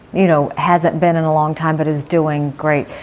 you know, hasn't been in a long time. that is doing great.